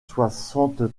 soixante